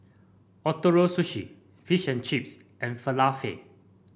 Ootoro Sushi Fish and Chips and Falafel